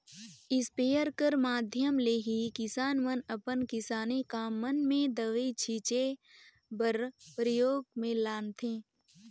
sprayer कर माध्यम ले ही किसान मन अपन किसानी काम मन मे दवई छीचे बर परियोग मे लानथे